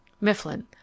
Mifflin